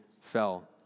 fell